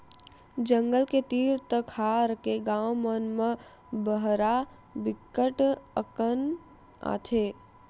जंगल के तीर तखार के गाँव मन म बरहा बिकट अकन आथे